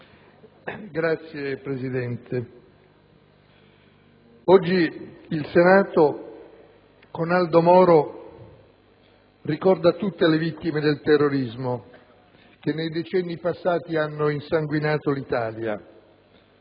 Signor Presidente, oggi il Senato, con Aldo Moro, ricorda tutte le vittime del terrorismo che nei decenni passati hanno insanguinato l'Italia: